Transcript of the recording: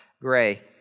gray